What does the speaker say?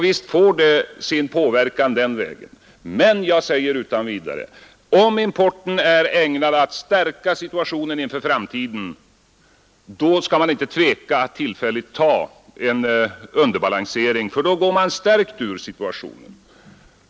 Visst påverkas importen den vägen, men jag säger utan vidare: Om importen är ägnad att förbättra läget inför framtiden skall man inte tveka att tillfälligt ta en underbalan sering, ty då går man stärkt ur situationen.